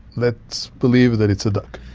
let's believe that it's a duck.